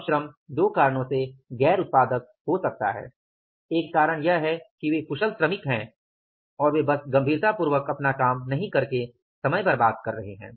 अब श्रम 2 कारणों से गैर उत्पादक हो सकता है एक कारण यह है कि वे कुशल श्रमिक हैं और वे बस गंभीरतापूर्वक अपना काम नहीं करके समय बर्बाद कर रहे हैं